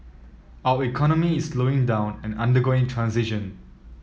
our economy is slowing down and undergoing transition